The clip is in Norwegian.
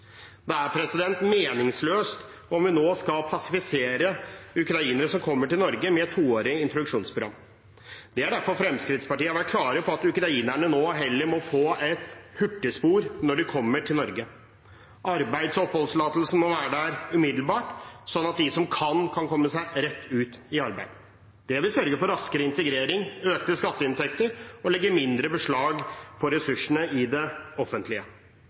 Det er meningsløst om vi nå skal passivisere ukrainere som kommer til Norge, med et toårig introduksjonsprogram. Det er derfor Fremskrittspartiet har vært klare på at ukrainerne nå heller må få et hurtigspor når de kommer til Norge. Arbeids- og oppholdstillatelsen må være der umiddelbart, sånn at de som kan, kan komme seg rett ut i arbeid. Det vil sørge for raskere integrering og økte skatteinntekter og legge mindre beslag på ressursene i det offentlige.